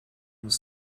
was